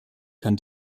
kann